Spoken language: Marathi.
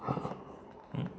हा